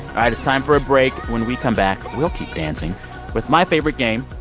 right. it's time for a break. when we come back, we'll keep dancing with my favorite game,